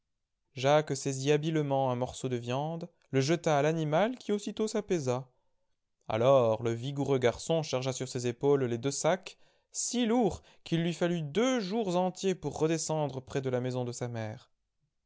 jacques saisit habilement un morceau de viande le jeta à l'animal qui aussitôt s'apaisa alors le vigoureux garçon chargea sur ses épaules les deux sacs si lourds qu'il lui fallut deux jours entiers pour redescendre près de la maison de sa mère